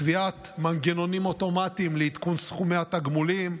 קביעת מנגנונים אוטומטיים לעדכון סכומי התגמולים,